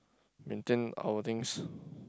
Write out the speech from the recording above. maintain our things